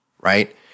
right